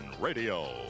Radio